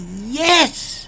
yes